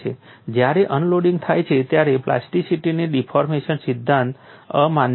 જ્યારે અનલોડિંગ થાય છે ત્યારે પ્લાસ્ટિસિટીની ડિફોર્મેશન સિદ્ધાંત અમાન્ય બને છે